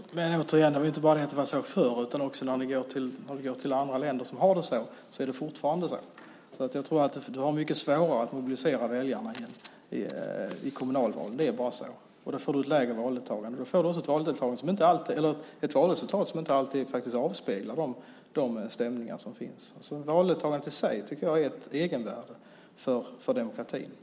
Fru talman! Återigen: Det är inte bara det att det var sämre förr, utan också i andra länder med detta system är det fortfarande sämre. Jag tror att det med det systemet är mycket svårare att mobilisera väljarna i kommunalval. Det är bara så. Man får lägre valdeltagande och valresultat som inte alltid avspeglar de stämningar som finns. Valdeltagandet i sig har ett egenvärde för demokratin.